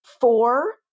four